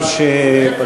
לא מיניה ולא מקצתיה,